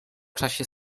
czasie